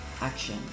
action